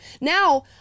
Now